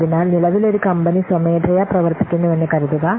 അതിനാൽ നിലവിൽ ഒരു കമ്പനി സ്വമേധയാ പ്രവർത്തിക്കുന്നുവെന്ന് കരുതുക